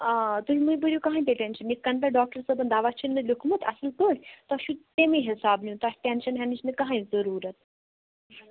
آ تُہی مٔہ بٔرِو کانٛہٕے تہِ ٹٮ۪نشن یِتھٕ کٔنۍ تۄہہِ ڈاکٹر صٲبن دوا چھُنو لیٛوٗکھمُت اَصٕل پٲٹھۍ تۄہہِ چھُو تَمی حِسابہٕ نِیُن تۄہہِ ٹٮ۪نشن ہٮ۪نٕچ نہَ کاہٕںٛے ضروٗرت